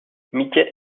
mickey